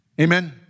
Amen